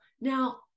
Now